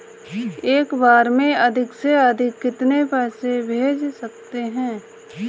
एक बार में अधिक से अधिक कितने पैसे भेज सकते हैं?